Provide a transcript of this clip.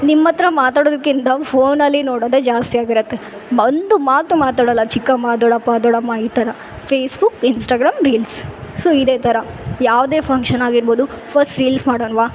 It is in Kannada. ನಿಮ್ಮಹತ್ರ ಮಾತಾಡೋದಕ್ಕಿಂತ ಫೋನಲ್ಲಿ ನೋಡೋದೆ ಜಾಸ್ತಿ ಆಗಿರುತ್ತೆ ಒಂದು ಮಾತು ಮಾತಾಡೋಲ್ಲ ಚಿಕ್ಕಮ್ಮ ದೊಡ್ಡಪ್ಪ ದೊಡ್ಡಮ್ಮ ಈ ಥರ ಫೇಸ್ಬುಕ್ ಇನ್ಸ್ಟಾಗ್ರಾಮ್ ರೀಲ್ಸ್ ಸೊ ಇದೇ ಥರ ಯಾವುದೇ ಫಂಕ್ಷನ್ ಆಗಿರ್ಬೋದು ಫಸ್ಟ್ ರೀಲ್ಸ್ ಮಾಡೋಣ್ವ